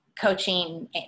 coaching